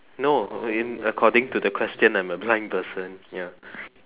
no in according to the question I'm a blind person ya